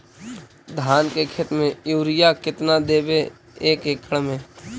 धान के खेत में युरिया केतना देबै एक एकड़ में?